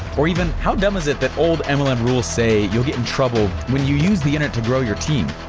or even, how dumb is it that old mlm um ah and rules say you'll get in trouble when you use the internet to grow your team?